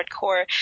hardcore